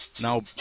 now